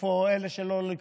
איפה אלה שלא ליכוד?